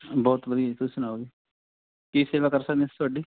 ਬਹੁਤ ਵਧੀਆ ਤੁਸੀਂ ਸੁਣਾਓ ਜੀ ਕੀ ਸੇਵਾ ਕਰ ਸਕਦੇ ਅਸੀਂ ਤੁਹਾਡੀ